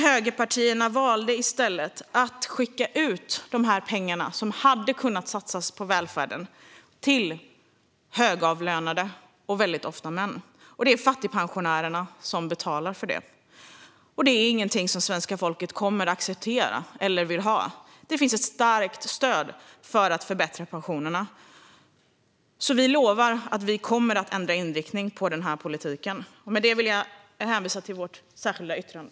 Högerpartierna valde dock att i stället skicka ut dessa pengar, som hade kunnat satsas på välfärden, till högavlönade personer, ofta män. Det är fattigpensionärerna som betalar för det. Detta är inget som svenska folket kommer att acceptera eller vilja ha. Det finns ett starkt stöd för att förbättra pensionerna. Vi lovar att vi kommer att ändra inriktningen på denna politik. Med detta vill jag hänvisa till vårt särskilda yttrande.